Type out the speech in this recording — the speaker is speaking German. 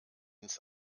ins